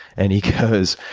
and he goes,